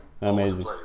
Amazing